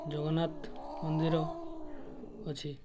ଜଗନ୍ନାଥ ମନ୍ଦିର ଅଛି